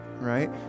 right